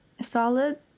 solid